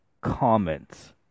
comments